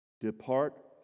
depart